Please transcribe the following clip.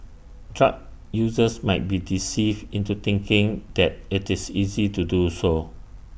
drug users might be deceived into thinking that IT is easy to do so